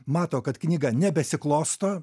mato kad knyga nebesiklosto